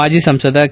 ಮಾಜಿ ಸಂಸದ ಕೆ